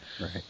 Right